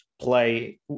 play